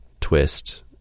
twist